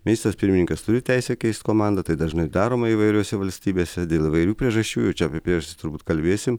ministras pirmininkas turi teisę keist komandą tai dažnai daroma įvairiose valstybėse dėl įvairių priežasčių jau čia apie priežastis turbūt kalbėsim